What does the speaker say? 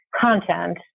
content